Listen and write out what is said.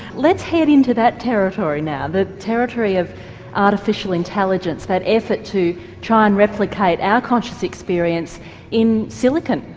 let's head into that territory now, the territory of artificial intelligence, that effort to try and replicate our conscious experience in silicon,